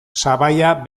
sabaia